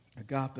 Agape